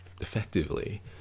effectively